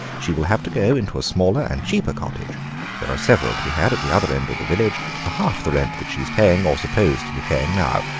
she will have to go into a smaller and cheaper cottage there are several to be had at the other end of the village for half the rent that she is paying, or supposed to be paying, now.